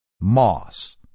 Moss